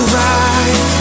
right